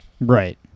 Right